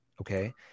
okay